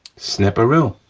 sniparoo.